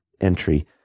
entry